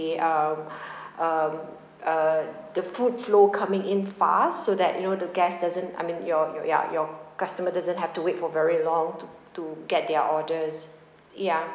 uh um uh the food flow coming in fast so that you know the guest doesn't I mean your your ya your customer doesn't have to wait for very long to to get their orders ya